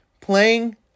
playing